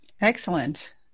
Excellent